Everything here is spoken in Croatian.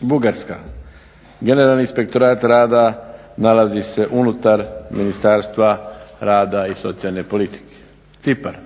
Bugarska, Generalni inspektorat rada nalazi se unutar Ministarstva rada i socijalne politike. Cipar,